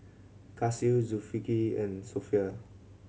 Kasih Zulkifli and Sofea